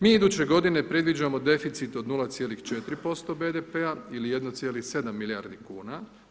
Mi iduće godine predviđamo deficit od 0,4% BDP-a ili 1,7 milijardi kuna.